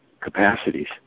capacities